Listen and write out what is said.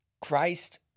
Christ